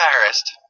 embarrassed